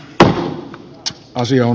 tähän asiaan